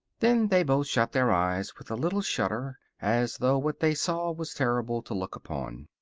then they both shut their eyes with a little shudder, as though what they saw was terrible to look upon.